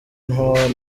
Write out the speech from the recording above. howard